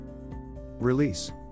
Release